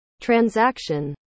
transaction